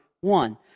one